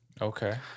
Okay